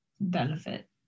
benefit